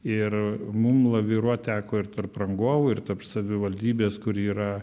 ir mum laviruot teko ir tarp rangovų ir tarp savivaldybės kuri yra